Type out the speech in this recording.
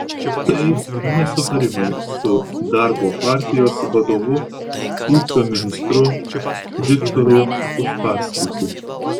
tai nesutarimai su darbo partijos vadovu ūkio ministru viktoru uspaskichu